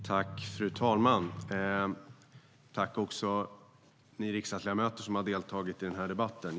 Fru talman! Tack, ni riksdagsledamöter som har deltagit i debatten!